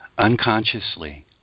unconsciously